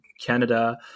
Canada